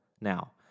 now